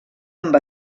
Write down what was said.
amb